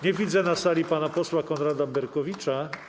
Nie widzę na sali pana posła Konrada Berkowicza.